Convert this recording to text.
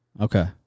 Okay